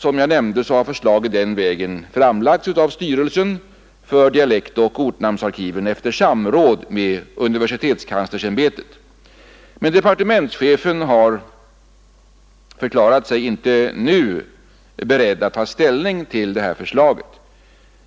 Som jag nämnde har förslag i den vägen framlagts av styrelsen för dialektoch ortnamnsarkiven efter samråd med universitetskanslersämbetet. Men departementschefen har förklarat sig inte nu vara beredd att ta ställning till det här förslaget.